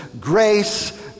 grace